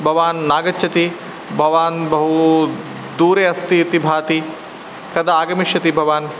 भवान् नागच्छति भवान् बहुदूरे अस्ति इति भाति कदा आगमिष्यति भवान्